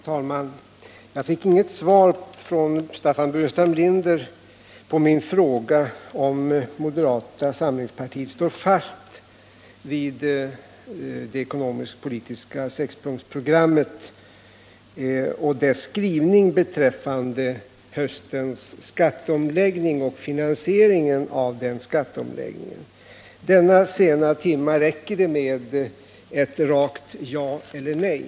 Herr talman! Jag fick inte något svar av Staffan Burenstam Linder på min fråga om moderata samlingspartiet står fast vid det ekonomisk-politiska sexpunktsprogrammet och dess skrivning beträffande höstens skatteomläggning samt finansieringen av densamma. I denna sena timme räcker det med ett rakt ja eller nej.